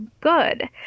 good